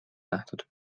nähtud